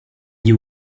you